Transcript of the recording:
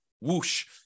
whoosh